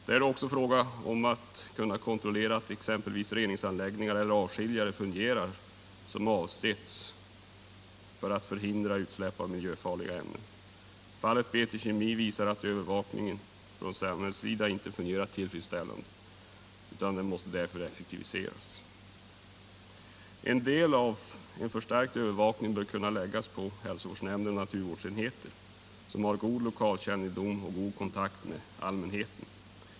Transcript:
Det är då också fråga om att kunna kontrollera att exempelvis reningsanläggningar eller avskiljare fungerar som avsetts för att förhindra utsläpp av miljöfarliga ämnen. Fallet BT Kemi visar att samhällets övervakning inte fungerat tillfredsställande utan måste effektiviseras. En del av ansvaret för en förstärkt övervakning bör kunna läggas på hälsovårdsnämnder och naturvårdsenheter, som har god lokalkännedom och god kontakt med allmänheten.